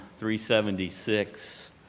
376